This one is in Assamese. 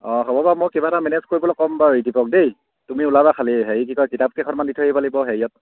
অঁ হ'ব বাৰু মই কিবা এটা মেনেজ কৰি পেলাই ক'ম বাৰু এই ৰিদীপক দেই তুমি ওলাবা খালী হেৰি কি কয় কিতাপকেইখনমান দি থৈ আহিব লাগিব হেৰিয়ত